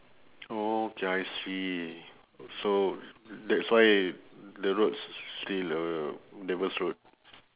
okay I see so that's why the roads still uh devil's road